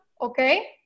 Okay